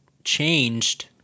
changed